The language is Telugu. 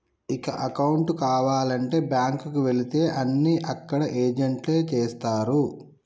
ఇక అకౌంటు కావాలంటే బ్యాంకుకి వెళితే అన్నీ అక్కడ ఏజెంట్లే చేస్తరు